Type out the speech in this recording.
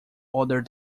other